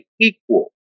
equal